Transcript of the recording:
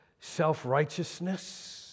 self-righteousness